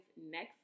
next